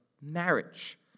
marriage